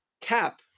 cap